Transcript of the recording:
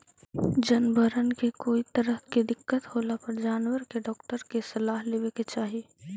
जनबरबन के कोई तरह के दिक्कत होला पर जानबर के डाक्टर के सलाह लेबे के चाहि